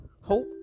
hope